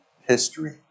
history